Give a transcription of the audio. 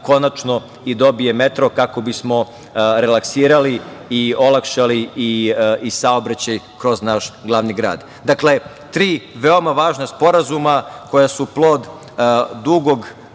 konačno i dobije metro kako bismo relaksirali i olakšali saobraćaj kroz naš glavni grad. Dakle, tri veoma važna sporazuma koja su plod dugih